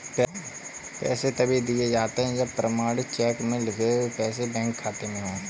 पैसे तभी दिए जाते है जब प्रमाणित चेक में लिखे पैसे बैंक खाते में हो